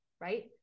Right